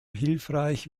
hilfreich